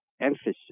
emphasis